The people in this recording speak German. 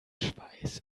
schweiß